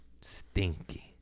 Stinky